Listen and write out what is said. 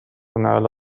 على